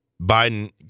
Biden